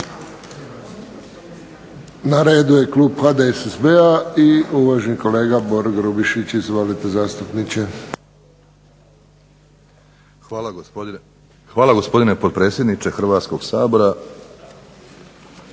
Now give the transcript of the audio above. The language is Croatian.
Hvala gospodine potpredsjedniče Hrvatskoga sabora.